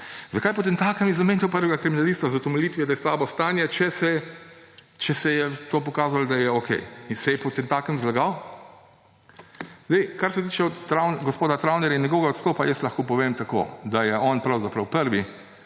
Zakaj potemtakem je zamenjal prvega kriminalista z utemeljitvijo, da je slabo stanje, če se je to pokazalo, da je okej? In se je potemtakem zlagal? Kar se tiče gospoda Travnerja in njegovega odstopa, jaz lahko povem tako, da je on pravzaprav eden